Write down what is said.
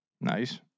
Nice